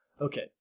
Okay